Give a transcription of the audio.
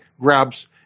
grabs